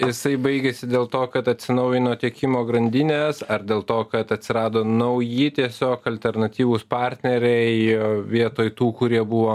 jisai baigėsi dėl to kad atsinaujino tiekimo grandinės ar dėl to kad atsirado nauji tiesiog alternatyvūs partneriai vietoj tų kurie buvo